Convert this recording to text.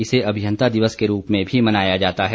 इसे अभियन्ता दिवस के रूप में मनाया जाता है